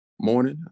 morning